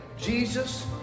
Jesus